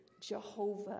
Jehovah